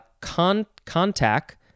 contact